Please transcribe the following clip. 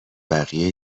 بقیه